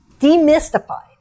demystified